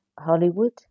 Hollywood